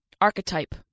archetype